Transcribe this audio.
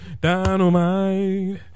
dynamite